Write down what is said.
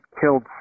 killed